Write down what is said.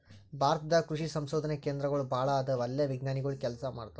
ಭಾರತ ದಾಗ್ ಕೃಷಿ ಸಂಶೋಧನೆ ಕೇಂದ್ರಗೋಳ್ ಭಾಳ್ ಅದಾವ ಅಲ್ಲೇ ವಿಜ್ಞಾನಿಗೊಳ್ ಕೆಲಸ ಮಾಡ್ತಾರ್